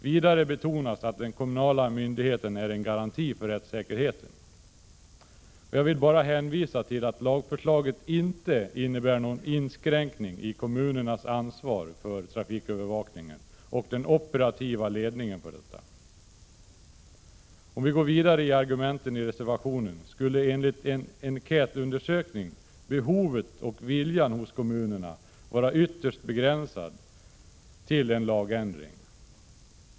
Vidare betonas att den kommunala myndigheten är en garanti för rättssäkerheten. Jag vill bara hänvisa till att lagförslaget inte innebär någon inskränkning i Om vi går vidare i argumenten i reservationen, skulle kommunerna enligt. ZIG en enkätundersökning ha ett ytterst begränsat behov och en lika begränsad vilja till en lagändring.